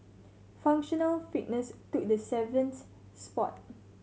functional fitness took the seventh spot